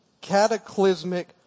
cataclysmic